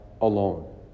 alone